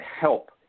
help